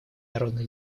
народно